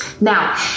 Now